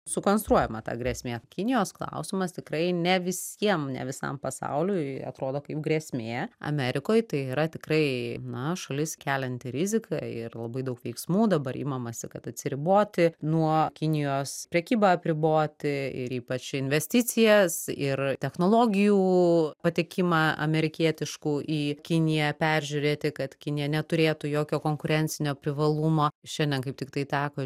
sukonstruojama ta grėsmė kinijos klausimas tikrai ne visiem ne visam pasauliui atrodo kaip grėsmė amerikoj tai yra tikrai na šalis kelianti riziką ir labai daug veiksmų dabar imamasi kad atsiriboti nuo kinijos prekybą apriboti ir ypač investicijas ir technologijų patekimą amerikietiškų į kiniją peržiūrėti kad kinija neturėtų jokio konkurencinio privalumo šiandien kaip tiktai teko